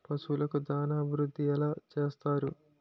పశువులకు దాన అభివృద్ధి ఎలా చేస్తారు?